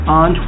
on